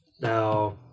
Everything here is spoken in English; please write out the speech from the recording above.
now